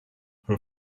her